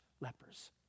lepers